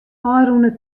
ofrûne